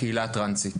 בקהילה הטרנסית